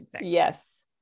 Yes